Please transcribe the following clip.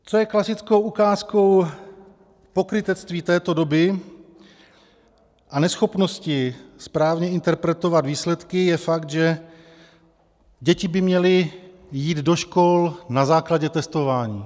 Co je klasickou ukázkou pokrytectví této doby a neschopnosti správně interpretovat výsledky, je fakt, že děti by měly jít do škol na základě testování.